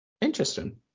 Interesting